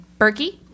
Berkey